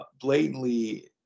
blatantly